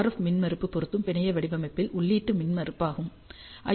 F மின்மறுப்பு பொருந்தும் பிணைய வடிவமைப்பில் உள்ளீட்டு மின்மறுப்பாகவும் ஐ